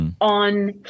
On